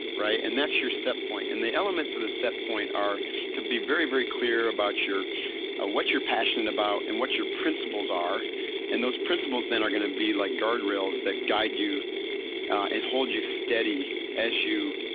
right? and that's your set point and the elements of the set point are they'd be very, very clear about ah what you're passionate about and what your principles are and those principles then are going to be like guard rails that guide you and hold you steady as you,